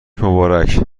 مبارک